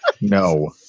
No